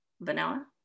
Vanilla